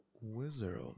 wizard